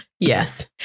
Yes